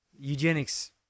Eugenics